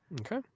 Okay